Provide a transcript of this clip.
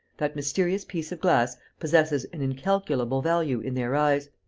that mysterious piece of glass possesses an incalculable value in their eyes.